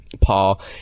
Paul